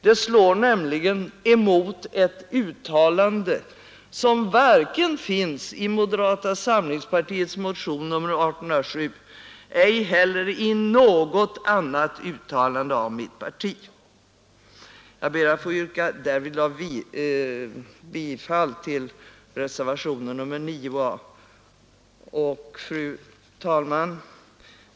Det slår nämligen mot ett uttalande som inte finns vare sig i moderata samlingspartiets motion 1807 eller i något annat uttalande av mitt parti. Jag ber att därvidlag få yrka bifall till reservationen 9 a. Fru talman!